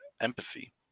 empathy